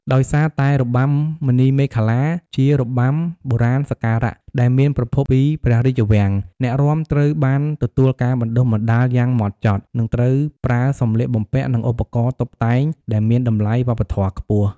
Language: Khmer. ដោយសារតែរបាំមុនីមាឃលា ជារបាំបុរាណសក្ការៈដែលមានប្រភពពីព្រះរាជវាំង អ្នករាំត្រូវបានទទួលការបណ្តុះបណ្តាលយ៉ាងម៉ត់ចត់ និងត្រូវប្រើសម្លៀកបំពាក់ និងឧបករណ៍តុបតែងដែលមានតម្លៃវប្បធម៌ខ្ពស់។